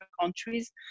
countries